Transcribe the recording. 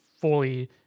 Fully